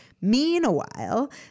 Meanwhile